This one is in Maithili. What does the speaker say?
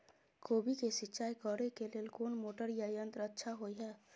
कोबी के सिंचाई करे के लेल कोन मोटर या यंत्र अच्छा होय है?